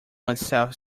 myself